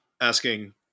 asking